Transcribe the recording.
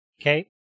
Okay